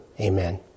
amen